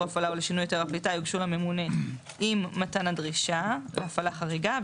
הפעלה או לשינוי היתר הפליטה יוגשו לממונה עם מתן הדרישה" להפעלה חריגה,